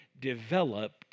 developed